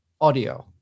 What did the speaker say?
audio